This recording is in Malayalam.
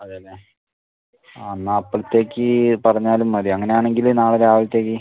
അതേയല്ലേ ആ എന്നാൽ അപ്പോഴത്തേക്ക് പറഞ്ഞാലും മതി അങ്ങനെ ആണെങ്കിൽ നാളെ രാവിലത്തേക്ക്